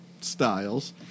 styles